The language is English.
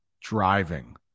driving